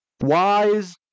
wise